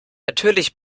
natürlich